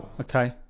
Okay